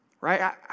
Right